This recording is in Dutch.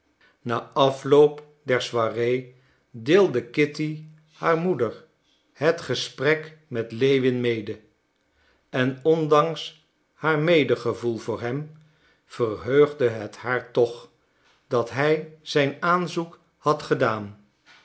na afloop der soirée deelde kitty haar moeder het gesprek met lewin mede en ondanks haar medegevoel voor hem verheugde het haar toch dat hij zijn aanzoek had gedaan